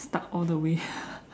stuck all the way